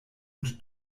und